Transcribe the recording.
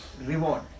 Reward